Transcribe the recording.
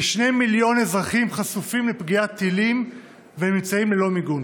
כשני מיליון אזרחים חשופים לפגיעת טילים ונמצאים ללא מיגון.